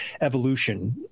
evolution